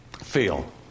feel